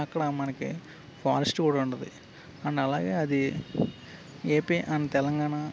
అక్కడ మనకి ఫారెస్ట్ కూడా ఉంటుంది అండ్ అలాగే అది ఏపీ అండ్ తెలంగాణ